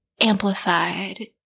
amplified